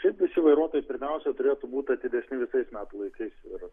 šiaip visi vairuotojai pirmiausia turėtų būti atidesni visais metų laikais ir